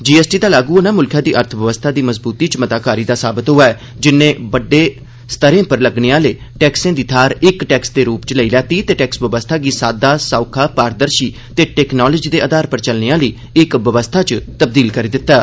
GST दा लागू होना मुल्खै दी अर्थ बवस्था दी मजबूती च मता कारी दा साबत होआ ऐ जिन्नै बक्ख बक्ख स्तरें पर लगने आले टैक्सें दी थाह्र इक टैक्स दे रूपै च लैती ऐ ते टैक्स बवस्था गी सादा सरल पारदर्षी ते टेकनोलोजी दे अधार पर चलने आली इक बवस्था च तब्दील करी दित्ता ऐ